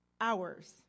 hours